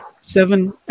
Seven